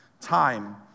time